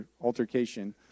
altercation